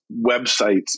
websites